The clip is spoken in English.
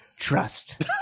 Trust